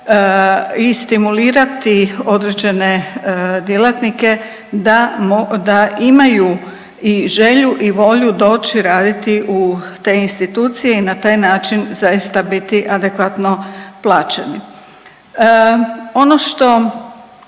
i stimulirati određene djelatnike da imaju i želju i volju doći raditi u te institucije i na taj način zaista biti adekvatno plaćeni. Ono što